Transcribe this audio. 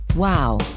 Wow